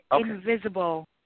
invisible